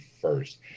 first